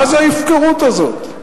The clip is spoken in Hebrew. מה זה ההפקרות הזאת?